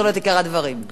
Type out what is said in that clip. גברתי היושבת-ראש,